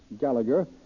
Gallagher